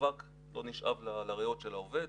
האבק לא נשאב לריאות של העובד.